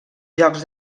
jocs